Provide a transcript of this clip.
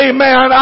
Amen